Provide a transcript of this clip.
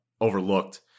overlooked